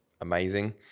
amazing